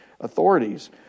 authorities